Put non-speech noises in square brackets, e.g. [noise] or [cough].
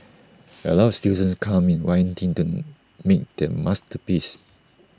[noise] A lot of students come in wanting the mean their masterpiece